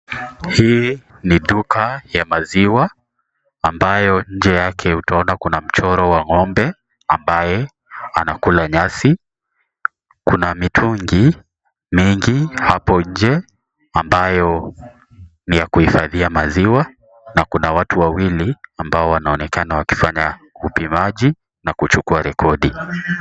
Hii ni duka ya maziwa, ambayo nje yake utaona kuna mchoro wa ng'ombe, ambaye anakula nyasi. Kuna mitungi mingi hapo nje, ambayo ni ya kuhifadhia maziwa, na kuna watu wawili ambao wanaonekana wakifanya upimaji na kuchukua rekodi.